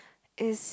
is